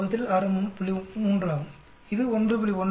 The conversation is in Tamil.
3 ஆகும் இது 9